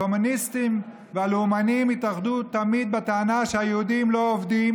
הקומוניסטים והלאומנים התאחדו תמיד בטענה שהיהודים לא עובדים